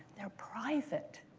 they're private.